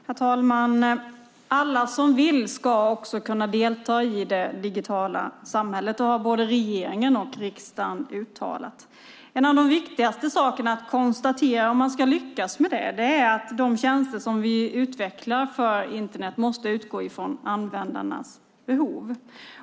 Herr talman! Alla som vill ska kunna delta i det digitala samhället. Det har både regeringen och riksdagen uttalat. Om man ska lyckas med det är en av de viktigaste sakerna att konstatera att de tjänster som vi utvecklar för Internet måste utgå från användarnas behov.